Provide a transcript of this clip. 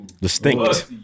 Distinct